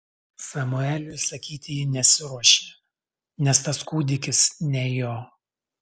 samueliui sakyti ji nesiruošė nes tas kūdikis ne jo